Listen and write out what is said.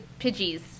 Pidgeys